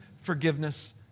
forgiveness